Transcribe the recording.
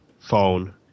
phone